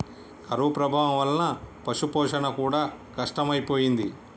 కరువు ప్రభావం వలన పశుపోషణ కూడా కష్టమైపోయింది